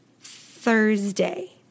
Thursday